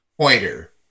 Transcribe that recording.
Pointer